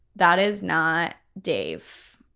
that is not dave.